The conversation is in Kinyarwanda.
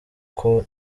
uko